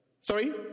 sorry